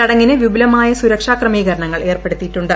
ചടങ്ങിന് വിപുലമായ സുരക്ഷാ ക്രമീകരണങ്ങൾ ഏർപ്പെടുത്തിയിട്ടുണ്ട്